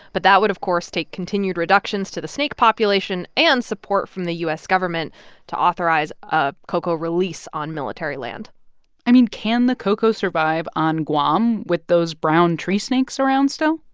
but that would, of course, take continued reductions to the snake population and support from the u s. government to authorize ah ko'ko' release on military land i mean, can the ko'ko' survive on guam with those brown tree snakes around still?